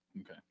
Okay